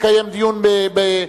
לקיים דיון במליאה.